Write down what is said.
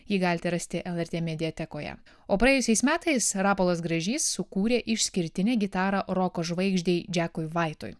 jį galite rasti lrt mediatekoje o praėjusiais metais rapolas gražys sukūrė išskirtinę gitarą roko žvaigždei džekui vaitui